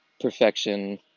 perfection